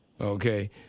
Okay